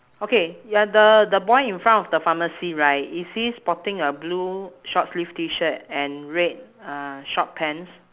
okay ya the the boy in front of the pharmacy right is he sporting a blue short sleeve T-shirt and red uh short pants